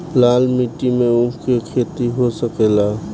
लाल माटी मे ऊँख के खेती हो सकेला?